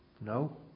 no